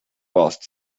bust